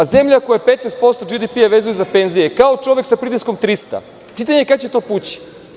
Zemlja koja 15% BDP vezuje za penzije je kao čovek sa pritiskom 300. pitanje je kada će to pući.